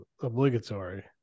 obligatory